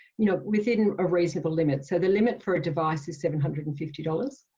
you know, within a reasonable limit, so the limit for a device is seven hundred and fifty dollars.